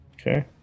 Okay